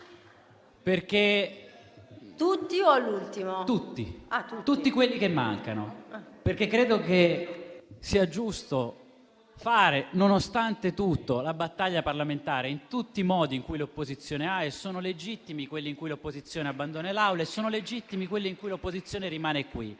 *(Misto-Az-RE)*. A tutti quelli che mancano, perché credo che sia giusto fare, nonostante tutto, la battaglia parlamentare in tutti i modi che l'opposizione ha a disposizione. Sono legittimi quelli in cui l'opposizione abbandona l'Aula e sono legittimi quelli in cui l'opposizione rimane qui.